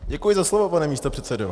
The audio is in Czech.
Děkuji za slovo, pane místopředsedo.